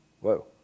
Whoa